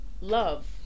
love